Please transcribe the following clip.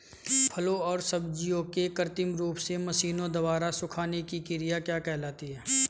फलों एवं सब्जियों के कृत्रिम रूप से मशीनों द्वारा सुखाने की क्रिया क्या कहलाती है?